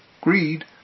greed